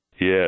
Yes